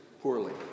poorly